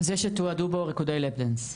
זה שתועדו בו ריקודי "לאפ דאנס".